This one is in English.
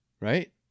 right